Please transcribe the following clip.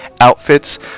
outfits